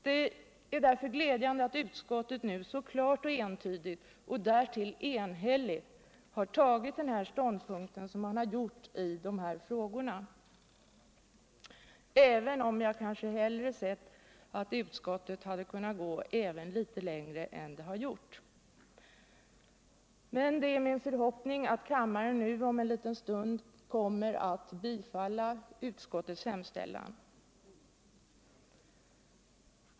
Det är därför glädjande att utskottet nu så klart och entydigt — och därtill enhälligt — har intagit den här ståndpunkten i dessa frågor, även om jag kanske hellre sett att utskottet gått ännu litet längre än det gjort. Det är därför min förhoppning att kammaren om cen liten stund kommer att bifalla konstitutionsutskottets hemställan. Herr talman!